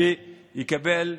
שיקבל,